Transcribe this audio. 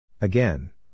Again